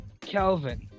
Kelvin